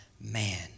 man